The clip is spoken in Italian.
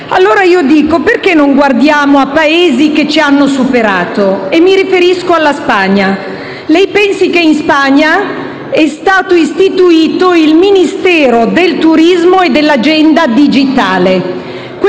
Allora io dico: perché non guardiamo ai Paesi che ci hanno superato? Mi riferisco alla Spagna: lei pensi che in Spagna è stato istituito il Ministero del turismo e dell'agenda digitale.